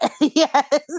Yes